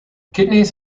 kidneys